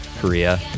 Korea